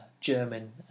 German